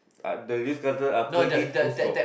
uh the news cutter are pretty full stop